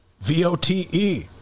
v-o-t-e